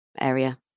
area